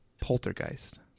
poltergeist